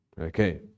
Okay